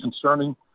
concerning